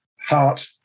heart